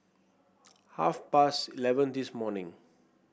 half past eleven this morning